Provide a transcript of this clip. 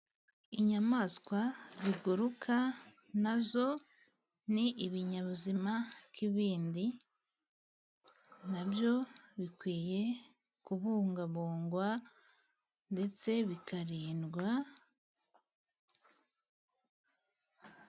Inyamaswa ziguruka nazo ni ibinyabuzima nk’ibindi ， na byo bikwiye kubungabungwa ndetse bikarindwa.